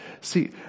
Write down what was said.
See